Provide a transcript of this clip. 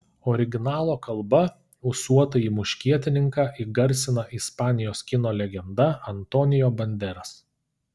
originalo kalba ūsuotąjį muškietininką įgarsina ispanijos kino legenda antonio banderas